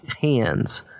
hands